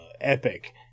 epic